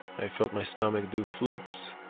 i felt my stomach do flips.